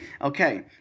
Okay